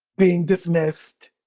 being dismissed,